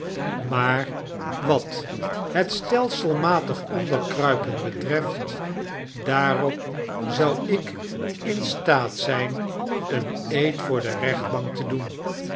maar wat het stelselmatig onderkruipen betreft daarop zou ik in staat zyn een eed voor de rechtbank te doen